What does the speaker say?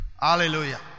Hallelujah